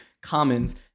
commons